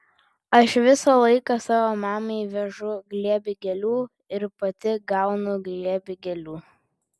aš visą laiką savo mamai vežu glėbį gėlių ir pati gaunu glėbį gėlių